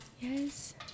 Yes